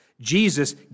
Jesus